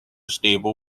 stable